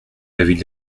l’avis